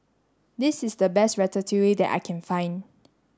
this is the best Ratatouille that I can find